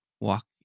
walk